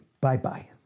bye-bye